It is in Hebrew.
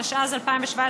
התשע"ז 2017,